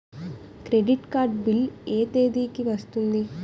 Credit card bill ఎ తేదీ కి వస్తుంది?